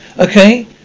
Okay